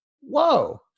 Whoa